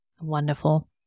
Wonderful